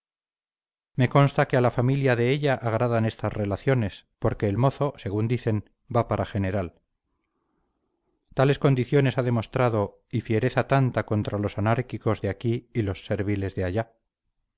me consta que a la familia de ella agradan estas relaciones porque el mozo según dicen va para general tales condiciones ha demostrado y fiereza tanta contra los anárquicos de aquí y los serviles de allá